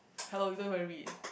hello you don't worry eh